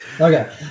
Okay